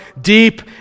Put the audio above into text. deep